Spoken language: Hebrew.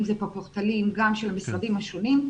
אם זה בפורטלים גם של המשרדים השונים,